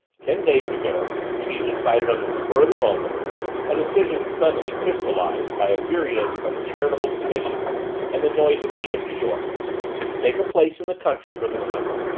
ten days ago she had decided on the spur of the moment a decision suddenly crystallized by a weariness of charitable committees and the noise and heat of new york to take a place in the country for the summer.